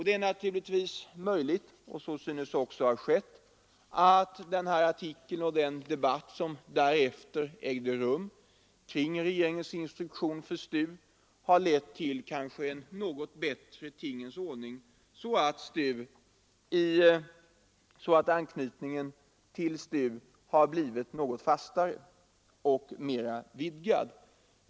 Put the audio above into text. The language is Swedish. Det är naturligtvis möjligt — och så synes även ha skett — att denna artikel och den debatt som därefter ägde rum kring regeringens instruktion för STU har lett till en något bättre tingens ordning, så att anknytningen till STU har blivit fastare och mera vidgad.